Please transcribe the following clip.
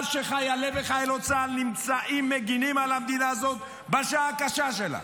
שחיילי וחיילות צה"ל מגינים על המדינה הזאת בשעה הקשה שלה.